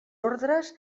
ordres